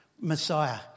Messiah